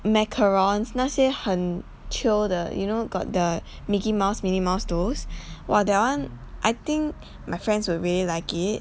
macarons 那些很 chio 的 you know got the mickey mouse minnie mouse those !wah! that one I think my friends will really like it